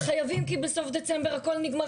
חייבים כי בסוף דצמבר הכול נגמר,